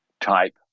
type